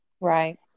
right